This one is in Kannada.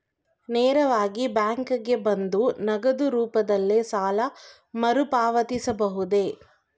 ನೇರವಾಗಿ ಬ್ಯಾಂಕಿಗೆ ಬಂದು ನಗದು ರೂಪದಲ್ಲೇ ಸಾಲ ಮರುಪಾವತಿಸಬಹುದೇ?